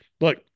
look